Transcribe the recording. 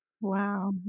Wow